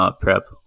prep